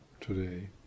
today